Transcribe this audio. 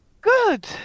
Good